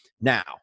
now